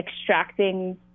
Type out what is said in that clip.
extracting